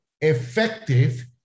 effective